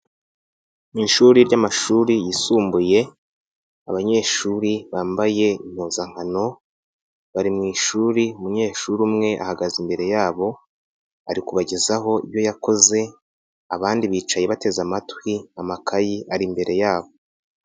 Ni ishuri ry'amashuri yisumbuye, abanyeshuri bambaye impuzankano, bari mu ishuri umunyeshuri umwe ahagaze imbere yabo, ari kubagezaho iyo yakoze abandi bicaye bateze amatwi amakayi ari imbere yabo.